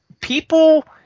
people